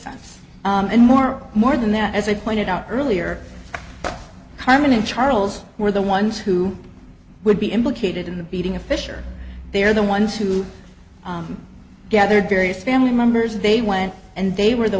sense and more more than that as i pointed out earlier carmen and charles were the ones who would be implicated in the beating of fisher they're the ones who gathered various family members and they went and they were the